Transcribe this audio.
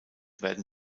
werden